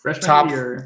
top